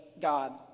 God